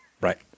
right